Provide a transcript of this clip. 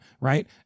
right